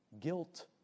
Guilt